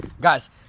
Guys